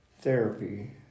therapy